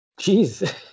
Jeez